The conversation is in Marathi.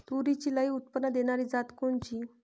तूरीची लई उत्पन्न देणारी जात कोनची?